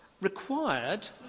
required